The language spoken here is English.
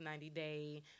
90-day